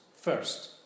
first